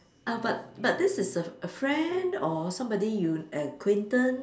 uh but but this is a a friend or somebody you acquainted